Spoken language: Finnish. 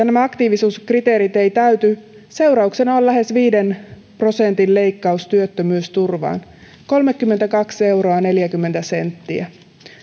nämä aktiivisuuskriteerit eivät täyty seurauksena on lähes viiden prosentin leikkaus työttömyysturvaan kolmekymmentäkaksi euroa neljäkymmentä senttiä